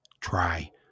try